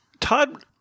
Todd –